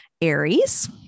Aries